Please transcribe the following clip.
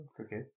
okay